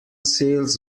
seals